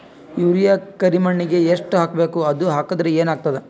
Urea ಕರಿಮಣ್ಣಿಗೆ ಎಷ್ಟ್ ಹಾಕ್ಬೇಕ್, ಅದು ಹಾಕದ್ರ ಏನ್ ಆಗ್ತಾದ?